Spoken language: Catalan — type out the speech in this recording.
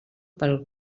pel